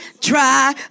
try